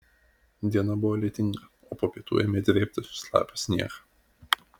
diena buvo lietinga o po pietų ėmė drėbti šlapią sniegą